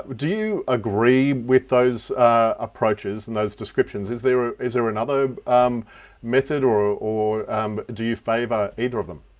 do you agree with those approaches and those descriptions? is there, ah is there another method, or or um do you favour either of them?